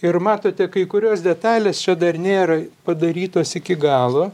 ir matote kai kurios detalės čia dar nėra padarytos iki galo